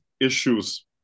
issues